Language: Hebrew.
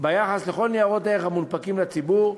ביחס לכל ניירות הערך המונפקים לציבור,